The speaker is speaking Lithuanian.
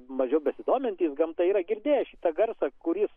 mažiau besidomintis gamta yra girdėję šitą garsą kuris